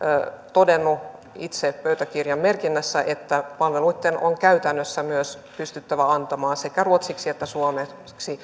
todennut itse pöytäkirjan merkinnässä että palveluita on käytännössä myös pystyttävä antamaan sekä ruotsiksi että suomeksi